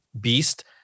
beast